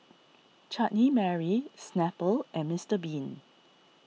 Chutney Mary Snapple and Mister Bean